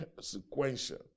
sequential